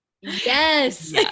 yes